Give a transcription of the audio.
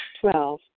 Twelve